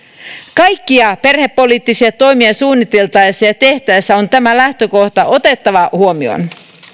kaikkia perhepoliittisia toimia suunniteltaessa ja tehtäessä on tämä lähtökohta otettava huomioon